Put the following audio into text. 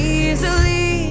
easily